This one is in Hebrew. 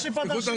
תוכל לומר